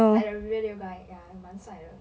like the river dale guy 蛮帅的